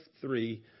three